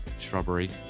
shrubbery